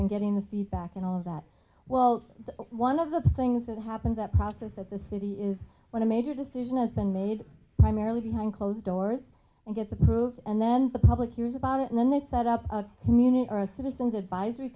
and getting the feedback and all of that well one of the things that happens that process at the city is when a major decision has been made primarily behind closed doors and gets approved and then the public hears about it and then they set up a community our citizens advisory